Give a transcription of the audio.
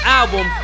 album